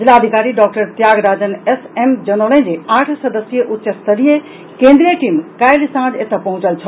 जिलाधिकारी doctor Thiagarajan S जनौलनि जे आठ सदस्यीय उच्च स्तरीय केंद्रीय टीम काल्हि सांझ एतऽ पहुंचल छल